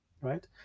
right